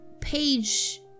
page